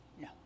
no